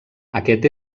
aquest